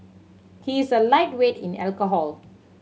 he is a lightweight in alcohol